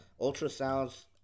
ultrasounds